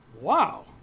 Wow